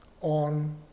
on